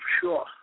sure